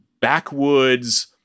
backwoods